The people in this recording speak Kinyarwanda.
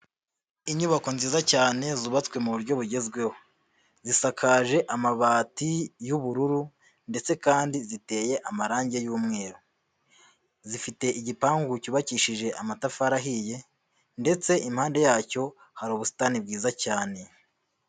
Inyubako nziza cyane zubatswe mu buryo bugezweho. Zisakaje amabati y'ubururu ndetse kandi ziteye amarange y'umweru. Zifite igipangu cyubakishije amatafari ahiye ndetse impande yacyo hari ubusitani bwiza cyane.